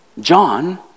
John